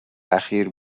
اخیر